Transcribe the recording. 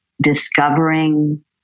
discovering